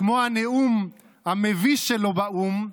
כמו הנאום המביש שלו באו"ם,